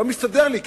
זה לא מסתדר לי,